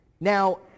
Now